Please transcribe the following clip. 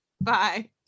bye